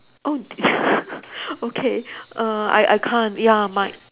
oh okay err I I can't ya my